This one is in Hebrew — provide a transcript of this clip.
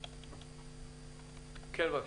כן, בבקשה.